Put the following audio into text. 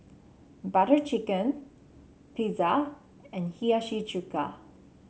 Butter Chicken Pizza and Hiyashi Chuka